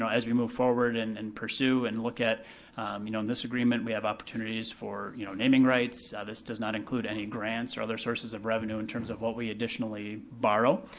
as we move forward and and pursue and look at, you know, in this agreement, we have opportunities for, you know, naming rights, this does not include any grants or other sources of revenue in terms of what we additionally borrow.